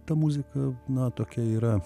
ta muzika na tokia yra